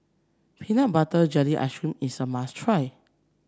Peanut Butter Jelly Ice cream is a must try